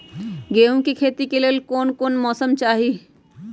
गेंहू के खेती के लेल कोन मौसम चाही अई?